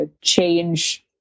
change